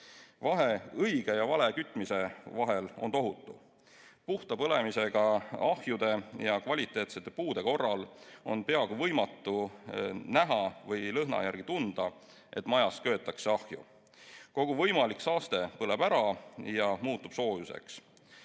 Vahe õige ja vale kütmise vahel on tohutu. Puhta põlemisega ahjude ja kvaliteetsete puude korral on peaaegu võimatu näha või lõhna järgi tunda, et majas köetakse ahju. Kogu võimalik saaste põleb ära ja muutub soojuseks.